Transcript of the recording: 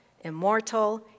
immortal